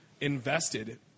invested